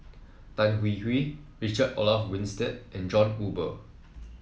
Tan Hwee Hwee Richard Olaf Winstedt and John Eber